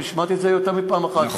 השמעתי את זה יותר מפעם אחת פה,